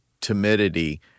timidity